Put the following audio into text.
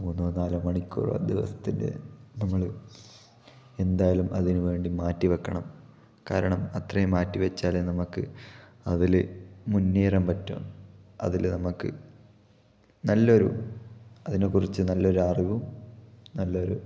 മൂന്നോ നാലോ മണിക്കൂറ് ആ ദിവസത്തിൻ്റെ നമ്മള് എന്തായാലും അതിന് വേണ്ടി മാറ്റിവെക്കണം കാരണം അത്രയും മാറ്റിവെച്ചാലേ നമുക്ക് അതില് മുന്നേറാന് പറ്റൂ അതില് നമുക്ക് നല്ലൊരു അതിനെക്കുറിച്ച് നല്ലോരറിവും നല്ലൊരു